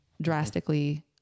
drastically